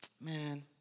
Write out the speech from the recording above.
Man